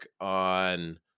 on